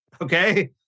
okay